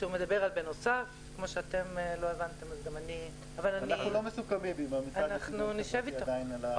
אנחנו לא מסוכמים עדיין עם המשרד לשוויון חברתי.